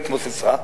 התמוססה,